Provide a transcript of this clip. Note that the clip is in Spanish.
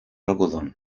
algodón